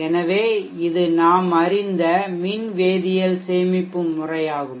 எனவே இது நாம் அறிந்த மின் வேதியியல் சேமிப்பு முறையாகும்